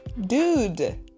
Dude